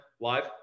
live